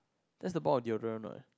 that's about the deodorant what